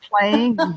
playing